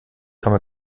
komme